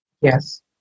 Yes